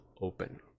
open